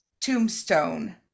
Tombstone